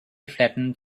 flattened